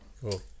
Cool